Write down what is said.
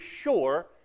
sure